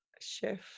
chef